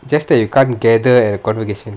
just that you can't gather at a convocation